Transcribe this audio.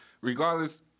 regardless